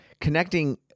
connecting